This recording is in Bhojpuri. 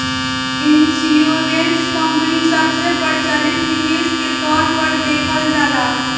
इंश्योरेंस कंपनी सबसे प्रचलित निवेश के तौर पर देखल जाला